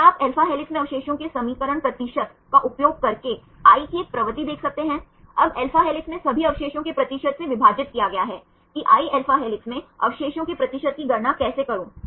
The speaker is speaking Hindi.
तो क्या आप alpha हेलिक्स में अवशेषों के समीकरण प्रतिशत का उपयोग करके i की एक प्रवृत्ति देख सकते हैं अब alpha हेलिक्स में सभी अवशेषों के प्रतिशत से विभाजित किया गया है कि i alpha हेलिक्स में अवशेषों के प्रतिशत की गणना कैसे करूं